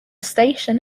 station